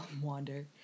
wander